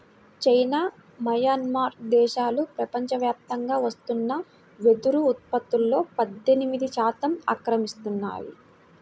China, Myanmar దేశాలు ప్రపంచవ్యాప్తంగా వస్తున్న వెదురు ఉత్పత్తులో పద్దెనిమిది శాతం ఆక్రమిస్తున్నాయి